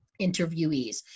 interviewees